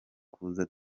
kuza